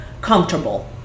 comfortable